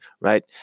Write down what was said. right